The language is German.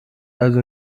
also